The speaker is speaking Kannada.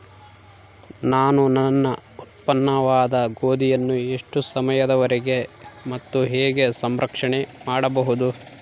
ನಾನು ನನ್ನ ಉತ್ಪನ್ನವಾದ ಗೋಧಿಯನ್ನು ಎಷ್ಟು ಸಮಯದವರೆಗೆ ಮತ್ತು ಹೇಗೆ ಸಂಗ್ರಹಣೆ ಮಾಡಬಹುದು?